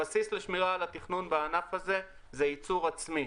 הבסיס לשמירה על התכנון בענף הזה, הוא ייצור עצמי.